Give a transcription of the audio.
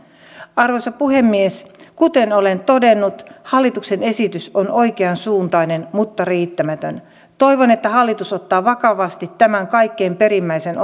arvoisa puhemies kuten olen todennut hallituksen esitys on oikeansuuntainen mutta riittämätön toivon että hallitus ottaa vakavasti tämän kaikkein perimmäisen